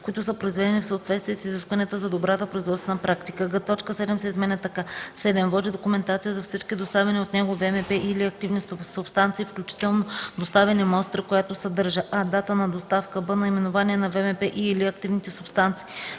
които са произведени в съответствие с изискванията за добрата производствена практика”; г) точка 7 се изменя така: „7. води документация за всички доставени от него ВМП и/или активни субстанции, включително доставени мостри, която съдържа: а) дата на доставка; б) наименование на ВМП и/или активните субстанции;